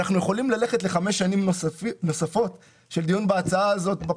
אנחנו יכולים ללכת לחמש שנים נוספות של דיון בהצעה הזאת.